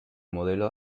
modelo